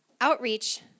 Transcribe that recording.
outreach